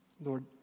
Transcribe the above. Lord